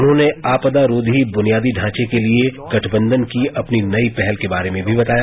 उन्होने आपदा रोधी बुनियादी ढांचे के लिए गठबंधन की अपनी नई पहल के बारे में बताया